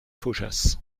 faujas